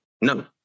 No